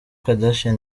kardashian